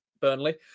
Burnley